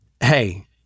hey